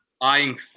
eyeing